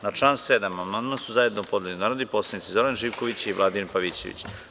Na član 7. amandman su zajedno podneli narodni poslanici Zoran Živković i Vladimir Pavićević.